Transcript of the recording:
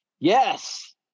Yes